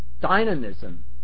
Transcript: dynamism